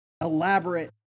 elaborate